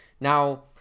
now